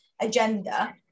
agenda